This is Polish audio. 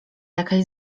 jakaś